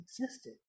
existed